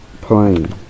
plane